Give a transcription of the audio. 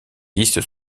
listes